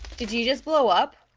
did you just blow up?